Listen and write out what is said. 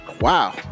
wow